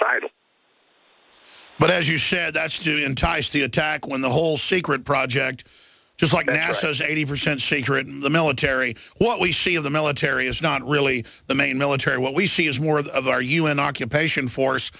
suicidal but as you said that's to entice the attack when the whole secret project just like i says eighty percent secret in the military what we see of the military is not really the main military what we see as more of our un occupation force